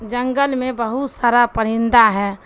جنگل میں بہت سارا پرندہ ہے